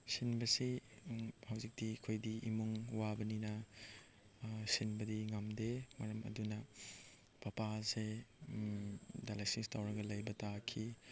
ꯁꯤꯟꯕꯁꯤ ꯍꯧꯖꯤꯛꯇꯤ ꯑꯩꯈꯣꯏꯗꯤ ꯏꯃꯨꯡ ꯋꯥꯕꯅꯤꯅ ꯁꯤꯟꯕꯗꯤ ꯉꯝꯗꯦ ꯃꯔꯝ ꯑꯗꯨꯅ ꯄꯄꯥꯁꯦ ꯗꯥꯏꯂꯥꯏꯁꯤꯁ ꯇꯧꯔꯒ ꯂꯩꯕ ꯇꯥꯈꯤ